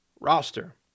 Roster